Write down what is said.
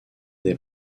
des